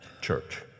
church